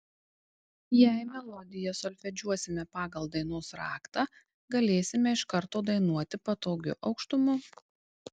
jei melodiją solfedžiuosime pagal dainos raktą galėsime iš karto dainuoti patogiu aukštumu